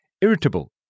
irritable